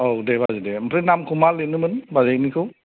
औ दे बाजै दे ओमफ्राय नामखौ मा लिरनोमोन बाजैनिखौ